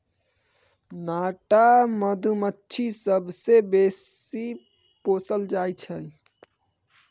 नाटा मधुमाछी सबसँ बेसी पोसल जाइ छै